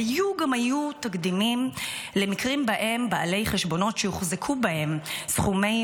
היו גם היו תקדימים למקרים של בעלי חשבונות שהוחזקו בהם סכומי